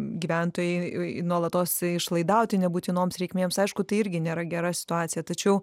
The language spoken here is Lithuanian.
gyventojai nuolatos išlaidauti nebūtinoms reikmėms aišku tai irgi nėra gera situacija tačiau